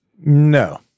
No